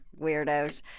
weirdos